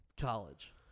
college